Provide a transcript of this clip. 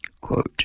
quote